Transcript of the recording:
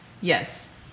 Yes